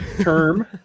term